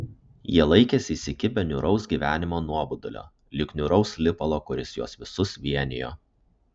jie laikėsi įsikibę niūraus gyvenimo nuobodulio lyg niūraus lipalo kuris juos visus vienijo